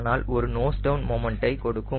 ஆனால் ஒரு nose down moment ஐ கொடுக்கும்